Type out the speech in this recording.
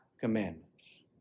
commandments